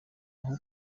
aho